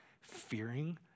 fearing